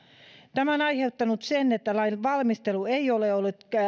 tämä on aiheuttanut sen että lainvalmistelu ei ole ollut